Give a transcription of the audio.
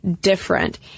different